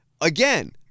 Again